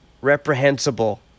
reprehensible